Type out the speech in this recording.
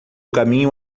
caminho